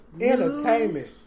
Entertainment